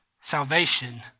salvation